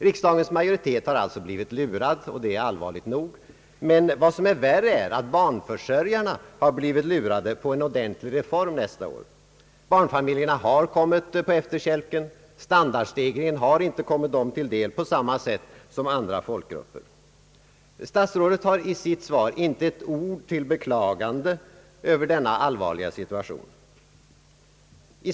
Riksdagens majoritet har alltså blivit lurad, och det är allvarligt nog, men vad som är värre är att barnförsörjarna har blivit lurade på en ordentlig reform nästa år. Barnfamiljerna har kommit på efterkälken. Standardstegringen har inte kommit dem till del på samma sätt som andra folkgrupper. Statsrådet har i sitt svar inte ett ord till beklagande över denna allvarliga situation.